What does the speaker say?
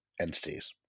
entities